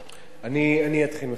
אני אתחיל מחדש.